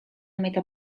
meta